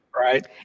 Right